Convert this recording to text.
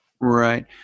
Right